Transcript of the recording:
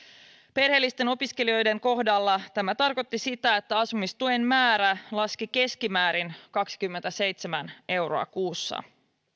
perheellisten opiskelijoiden kohdalla tämä tarkoitti sitä että asumistuen määrä laski keskimäärin kaksikymmentäseitsemän euroa kuussa